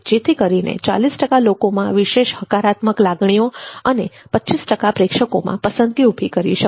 જેથી કરીને ૪૦ ટકા લોકોમાં વિશેષ હકારાત્મક લાગણીઓ અને ૨૫ ટકા પ્રેક્ષકોમાં પસંદગી ઊભી કરી શકાય